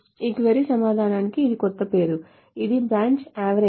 ఈ క్వరీ సమాధానానికి ఇది కొత్త పేరు ఇది branch avg